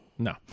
No